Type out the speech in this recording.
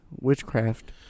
witchcraft